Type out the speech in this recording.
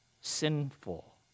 sinful